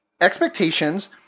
expectations